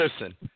listen